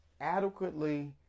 adequately